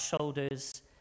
shoulders